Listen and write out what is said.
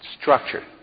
structured